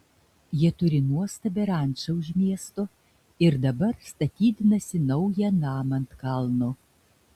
jie turi nuostabią rančą už miesto ir dabar statydinasi naują namą ant kalno